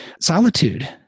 solitude